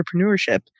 entrepreneurship